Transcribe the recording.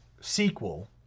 sequel